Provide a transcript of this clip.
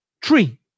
tree